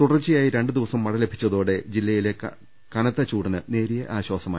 തുടർച്ചയായി രണ്ടുദിവസം മഴ ലഭിച്ചതോടെ ജില്ല യിലെ കടുത്ത ചൂടിന് നേരിയ ആശ്വാസമായി